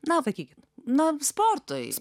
na sakykim na sportui